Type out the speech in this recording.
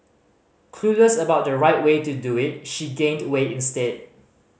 clueless about the right way to do it she gained weight instead